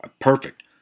Perfect